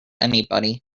anybody